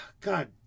God